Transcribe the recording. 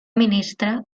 ministra